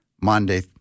Monday